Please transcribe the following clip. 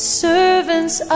servants